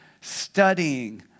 studying